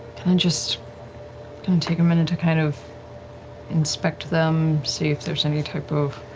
just and take a minute to kind of inspect them, see if there's any type of